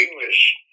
English